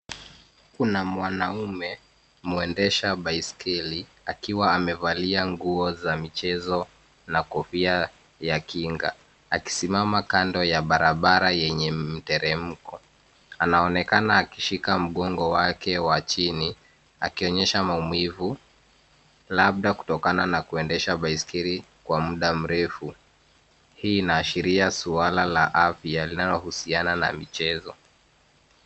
Kuna mwanaume anaendesha baiskeli, akiwa amevaa nguo za michezo na kofia ya kinga. Amesimama kando ya barabara yenye mteremko, akiwa ameshika mguu wake wa chini, akionyesha maumivu, labda kutokana na kuendesha baiskeli kwa muda mrefu. Hii inaashiria suala linalohusiana na michezo.